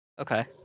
Okay